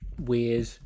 weird